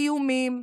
איומים,